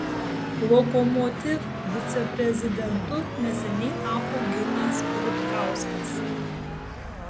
lokomotiv viceprezidentu neseniai tapo ginas rutkauskas